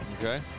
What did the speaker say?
Okay